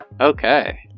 okay